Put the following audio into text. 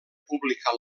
publicar